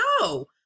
No